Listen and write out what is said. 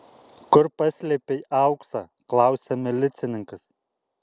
kur paslėpei auksą klausia milicininkas